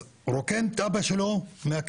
אז, הוא רוקן את אבא שלו מהכסף,